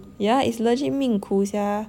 yeah is legit 命苦 sia